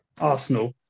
Arsenal